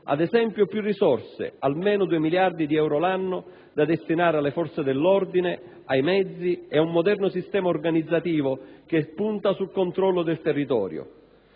e nette: più risorse, almeno due miliardi di euro l'anno da destinare alle forze dell'ordine, ai mezzi e ad un moderno sistema organizzativo che punta al controllo del territorio.